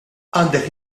għandek